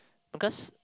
because